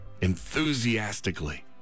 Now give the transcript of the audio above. enthusiastically